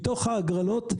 מתוך ההגרלות,